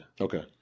Okay